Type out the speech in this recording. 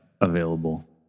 available